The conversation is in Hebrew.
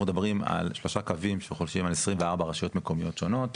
אנחנו מדברים על שלושה קווים שחולשים על 24 רשויות מקומיות שונות,